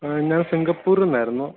ആ ഞാൻ സിംഗപ്പൂരു നിന്നായിരുന്നു